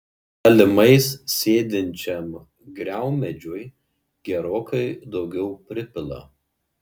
šalimais sėdinčiam griaumedžiui gerokai daugiau pripila